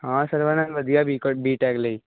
ਹਾਂ ਸਰਵਾਨੰਦ ਵਧੀਆ ਬੀਕੋ ਬੀਟੈਕ ਲਈ